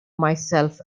myself